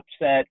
upset